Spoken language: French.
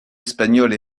espagnols